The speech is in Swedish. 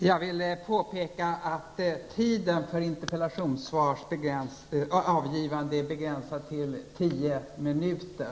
Jag vill påpeka att tiden för avgivande av interpellationssvar är begränsad till tio minuter.